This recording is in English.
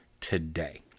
today